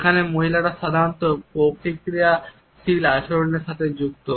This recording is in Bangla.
যেখানে মহিলারা সাধারণত প্রতিক্রিয়াশীল আচরণের সাথে যুক্ত